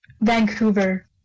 Vancouver